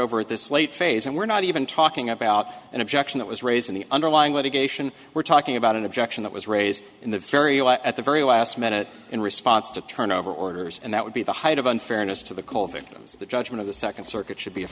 at this late phase and we're not even talking about an objection that was raised in the underlying litigation we're talking about an objection that was raised in the very ill at the very last minute in response to turnover orders and that would be the height of unfairness to the cole victims the judgment of the second circuit should be a